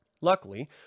Luckily